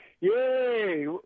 Yay